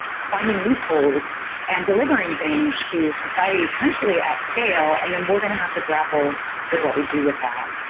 finding loopholes and delivering things to society, potentially at-scale, and then we're going to have to grapple with what we do with that.